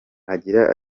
agira